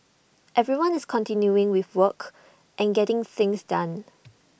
everyone's continuing with work and getting things done